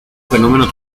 fenómeno